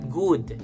good